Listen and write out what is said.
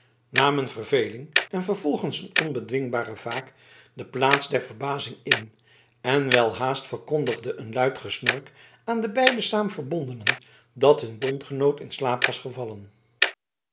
namen verveling en vervolgens een onbedwingbare vaak de plaats der verbazing in en welhaast verkondigde een luid gesnork aan de beide saamverbondenen dat hun bondgenoot in slaap was gevallen